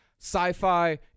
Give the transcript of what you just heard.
sci-fi